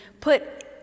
put